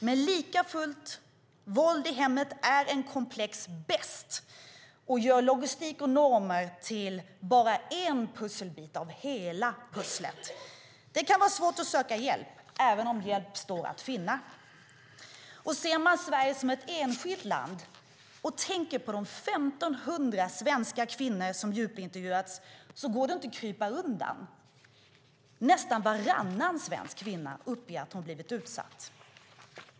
Men likafullt är våld i hemmet en komplex best som gör logistik och normer till bara en pusselbit av hela pusslet. Det kan vara svårt att söka hjälp även om hjälp står att finna. Och ser man Sverige som ett enskilt land och tänker på de 1 500 svenska kvinnor som djupintervjuats går det inte att krypa undan. Nästan varannan svensk kvinna uppger att hon blivit utsatt.